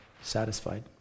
satisfied